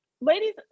ladies